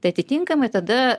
tai atitinkamai tada